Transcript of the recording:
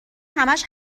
همش